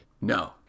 No